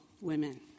women